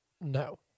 No